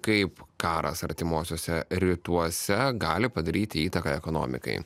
kaip karas artimuosiuose rytuose gali padaryti įtaką ekonomikai